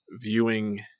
viewing